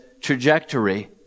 trajectory